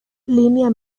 línea